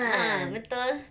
a'ah betul